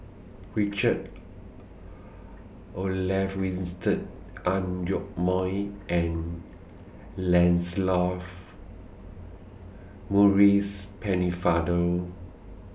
Richard Olaf Winstedt Ang Yoke Mooi and Lancelot Maurice Pennefather